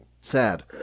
sad